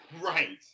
right